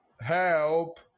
Help